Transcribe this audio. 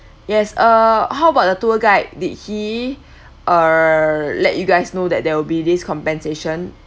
yes uh how about the tour guide did he err let you guys know that there will be this compensation